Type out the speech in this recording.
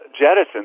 jettisoned